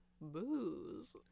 booze